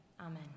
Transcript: Amen